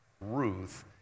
Ruth